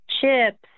chips